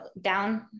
down